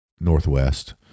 northwest